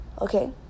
okay